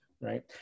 Right